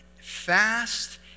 fast